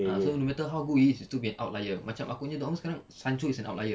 ah so no matter how good he is he still get outlier macam aku punya dortmund sekarang sancho is an outlier